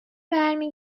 برمی